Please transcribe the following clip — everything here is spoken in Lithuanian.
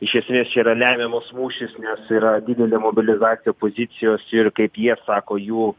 iš esmės čia yra lemiamas mūšis nes yra didelė mobilizacija opozicijos ir kaip jie sako jų